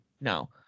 no